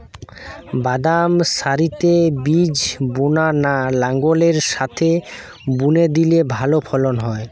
বাদাম সারিতে বীজ বোনা না লাঙ্গলের সাথে বুনে দিলে ভালো ফলন হয়?